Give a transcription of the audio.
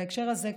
בהקשר הזה,